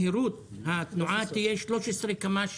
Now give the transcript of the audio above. מהירות התנועה תהיה 13 קמ"ש